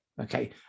Okay